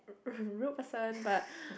rude person but